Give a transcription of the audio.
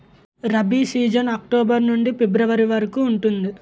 rabi season October నుండి February వరకు ఉంటుంది